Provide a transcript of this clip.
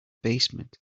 basement